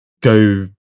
go